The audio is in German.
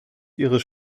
ihres